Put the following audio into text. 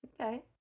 Okay